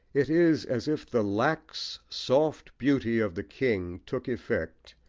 it is as if the lax, soft beauty of the king took effect,